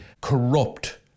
corrupt